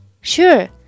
Sure